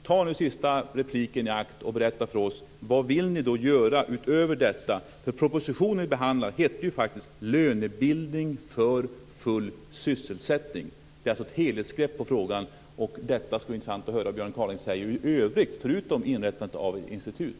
Passa nu på att i den sista repliken berätta för oss vad ni vill göra utöver detta! Den proposition som behandlas heter ju faktiskt Lönebildning för full sysselsättning. Det handlar alltså om ett helhetsgrepp om frågan. Det skulle vara intressant att höra vad Björn Kaaling i övrigt har att säga, dvs. förutom när det gäller inrättandet av ett institut.